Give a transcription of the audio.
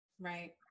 Right